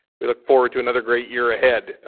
we look forward to another great year ahead.